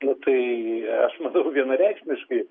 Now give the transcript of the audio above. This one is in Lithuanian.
nu tai aš matau vienareikšmiškai